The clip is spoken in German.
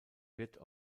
wird